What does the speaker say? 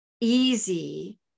easy